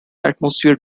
atmosphere